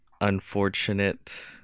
unfortunate